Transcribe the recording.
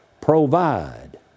provide